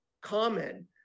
common